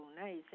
Nice